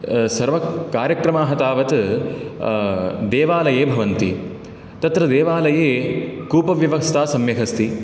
सर्वकार्यक्रमाः तावत् देवालये भवन्ति तत्र देवालये कूपव्यवस्था सम्यगस्ति